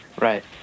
Right